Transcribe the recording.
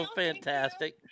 fantastic